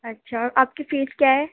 اچھا اور آپ کی فیس کیا ہے